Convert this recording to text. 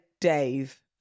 Dave